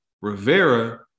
Rivera